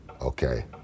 okay